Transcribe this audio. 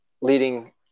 leading